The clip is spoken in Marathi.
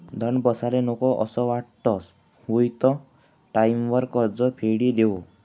दंड बसाले नको असं वाटस हुयी त टाईमवर कर्ज फेडी देवो